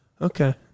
okay